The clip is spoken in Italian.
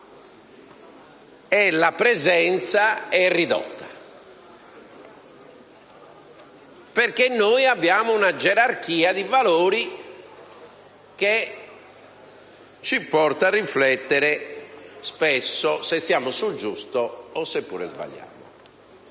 e la presenza è ridotta. Ciò, perché noi abbiamo una gerarchia di valori che ci porta a riflettere spesso se siamo nel giusto o se sbagliamo.